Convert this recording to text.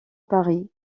paris